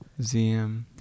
ZM